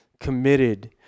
Committed